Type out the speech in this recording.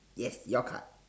yes your card